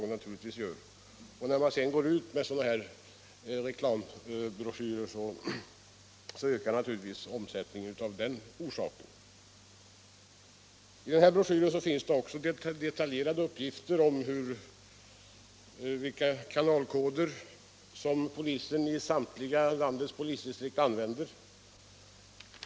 När man går ut med sådana här reklambroschyrer ökar naturligtvis omsättningen ytterligare. I denna broschyr finns också beträffande samtliga polisdistrikt i landet detaljerade uppgifter om vilka kanalkoder som polisen använder.